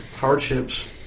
hardships